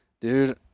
Dude